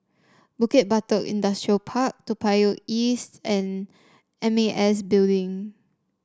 Bukit Batok Industrial Park Toa Payoh East and M A S Building